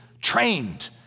trained